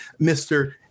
Mr